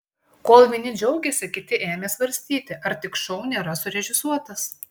kol vieni džiaugėsi kiti ėmė svarstyti ar tik šou nėra surežisuotas